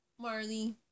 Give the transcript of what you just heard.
Marley